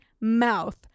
mouth